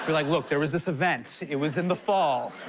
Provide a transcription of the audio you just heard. but like, look, there was this event, it was in the fall.